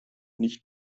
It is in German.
nicht